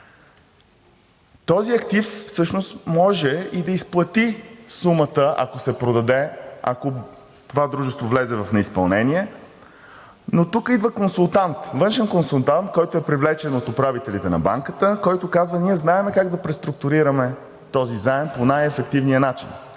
Този актив всъщност може и да изплати сумата, ако се продаде, ако това дружество влезе в неизпълнение, но тук идва консултант, външен консултант, който е привлечен от управителите на банката, който казва: ние знаем как да преструктурираме този заем по най-ефективния начин.